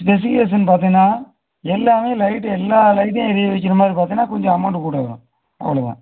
specification பார்த்திங்கன்னா எல்லாமே light எல்லா லைட்டையும் எரிய வைக்கிற மாதிரி பார்த்திங்கன்னா கொஞ்சம் அமௌண்ட் கூட வரும் அவ்வளோதான்